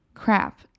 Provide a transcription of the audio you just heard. Crap